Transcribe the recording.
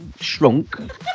shrunk